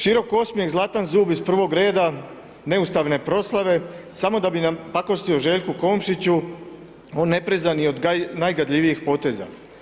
Širok osmijeh, zlatan zub iz prvog reda neustavne proslave samo da bi napakostio Željku Komšiću, on ne preže ni od najgadljivijih poteza.